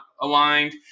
aligned